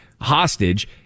hostage